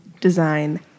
design